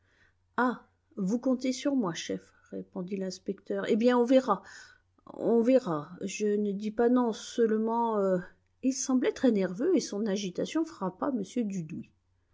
ah vous comptez sur moi chef répondit l'inspecteur eh bien on verra on verra je ne dis pas non seulement il semblait très nerveux et son agitation frappa m dudouis